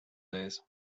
days